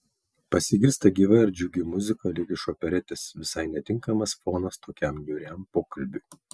pasigirsta gyva ir džiugi muzika lyg iš operetės visai netinkamas fonas tokiam niūriam pokalbiui